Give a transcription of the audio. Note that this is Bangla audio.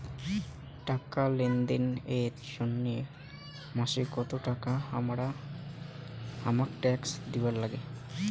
টাকা লেনদেন এর জইন্যে মাসে কত টাকা হামাক ট্যাক্স দিবার নাগে?